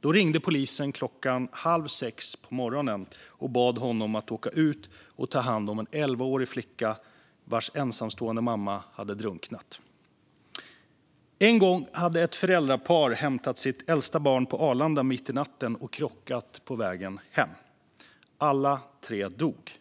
Då ringde polisen klockan halv sex på morgonen och bad honom att åka ut och ta hand om en elvaårig flicka vars ensamstående mamma hade drunknat. En gång hade ett föräldrapar hämtat sitt äldsta barn på Arlanda mitt i natten och krockat på vägen hem. Alla tre dog.